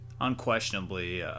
unquestionably